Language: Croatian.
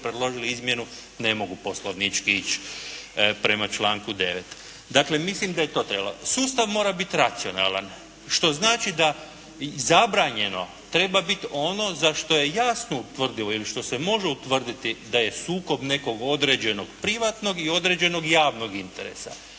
predložili izmjenu, ne mogu poslovnički ići prema članku 9., dakle mislim da je to trebalo. Sustav mora biti racionalan, što znači da zabranjeno treba bit ono za što je jasno utvrdivo i što se može utvrditi da je sukob nekog određenog privatnog i određenog javnog interesa.